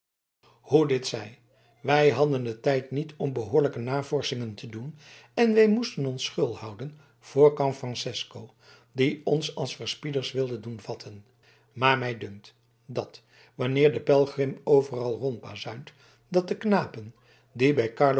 hoe dit zij wij hadden den tijd niet om behoorlijke navorschingen te doen en wij moesten ons schuil houden voor can francesco die ons als verspieders wilde doen vatten maar mij dunkt dat wanneer de pelgrim overal rondbazuint dat de knapen die bij